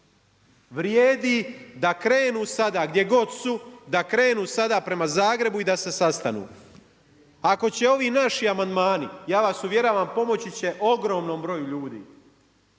vrijedi da krenu sada gdje god su, da krenu sada prema Zagrebu i da se sastanu. Ako će ovi naši amandmani, ja vas uvjeravam pomoći će ogromnom broju ljudi,